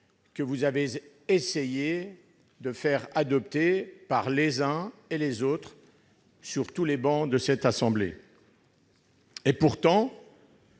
que vous avez essayé de faire adopter par les uns et les autres, sur toutes les travées de cette assemblée. Pourtant,